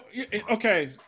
Okay